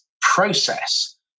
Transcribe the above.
process